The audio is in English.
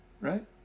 right